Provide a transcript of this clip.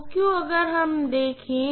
तो अगर हम देखें